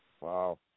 Wow